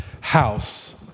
house